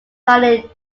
tiny